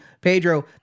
Pedro